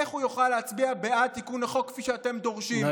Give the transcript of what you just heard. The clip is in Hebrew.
איך הוא יוכל להצביע בעד תיקון החוק כפי שאתם דורשים.